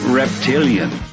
reptilian